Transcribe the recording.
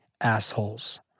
assholes